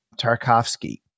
Tarkovsky